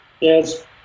yes